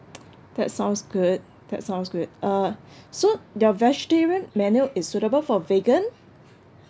that sounds good that sounds good uh so your vegetarian menu is suitable for vegan